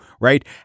right